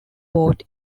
boat